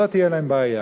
לא תהיה להם בעיה.